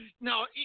no